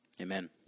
Amen